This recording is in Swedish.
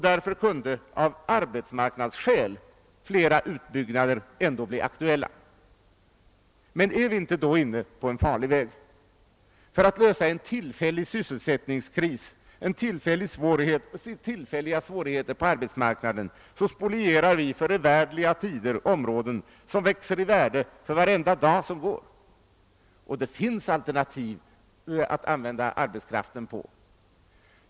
Därför kunde av arbetsmarknadsskäl trots allt flera utbyggnader bli aktuella. Men är vi då inte inne på en farlig väg? För att lösa tillfälliga svårigheter på arbetsmarknaden spolierar vi för evärdliga tider områden som växer i värde för varje dag som går. Och det finns alternativ att använda arbetskraften till.